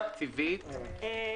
אושרה.